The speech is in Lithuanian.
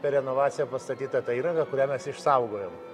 per renovaciją pastatyta ta įranga kurią mes išsaugojom